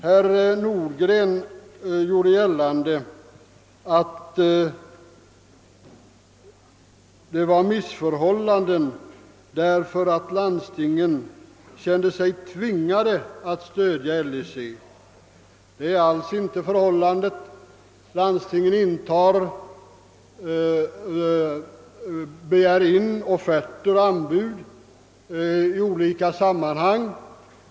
Herr Nordgren gjorde gällande att det förelåg ett missförhållande genom att landstingen kände sig tvingade att stödja LIC. Det är alls inte förhållandet. Landstingen infordrar offerter och anbud i olika sammanhang.